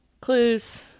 Clues